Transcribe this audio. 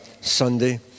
Sunday